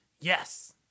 Yes